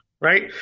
right